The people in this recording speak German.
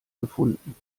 gefunden